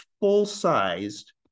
full-sized